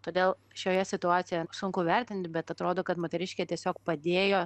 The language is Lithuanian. todėl šioje situacijoje sunku vertint bet atrodo kad moteriškei tiesiog padėjo